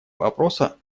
вопроса